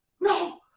No